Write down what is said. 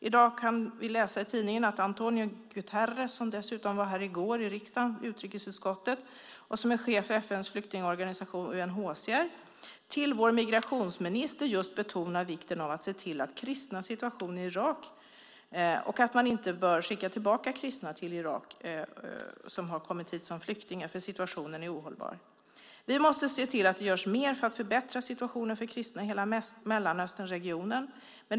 I dag kan vi läsa i tidningen att António Guterres, som besökte utrikesutskottet i riksdagen i går, chef för FN:s flyktingorganisation UNHCR, till vår migrationsminister just betonar vikten av att se till kristnas situation i Irak och att kristna som kommit hit som flyktingar inte bör skickas tillbaka till Irak eftersom situationen är ohållbar. Vi måste se till att mer görs för att förbättra situationen för kristna i hela Mellanösternregionen.